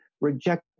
reject